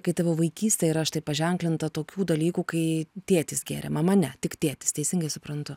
kai tavo vaikystė yra štai paženklinta tokių dalykų kai tėtis gerė mama ne tik tėtis teisingai suprantu